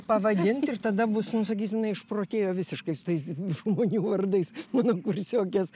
pavadint ir tada bus nu sakysim jinai išprotėjo visiškai su tais žmonių vardais mano kursiokės